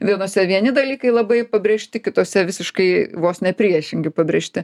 vienose vieni dalykai labai pabrėžti kitose visiškai vos ne priešingi pabrėžti